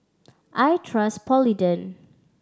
I trust Polident